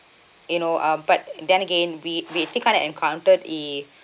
you know um but then again we we take kind encountered it